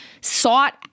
sought